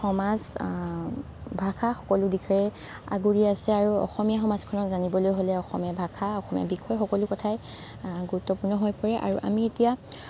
সমাজ ভাষা সকলো দিশেই আগুৰি আছে আৰু অসমীয়া সমাজখনক জানিবলৈ হ'লে অসমীয়া ভাষা অসমীয়া বিষয় সকলো কথাই গুৰুত্বপূৰ্ণ হৈ পৰে